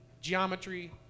geometry